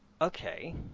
Okay